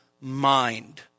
mind